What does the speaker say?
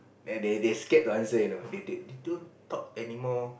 and they they scared to answer you know they they they don't talk anymore